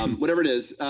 um whatever it is.